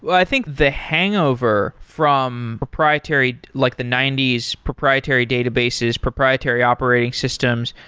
i think the hangover from proprietary, like the ninety s proprietary databases, proprietary operating systems,